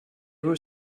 were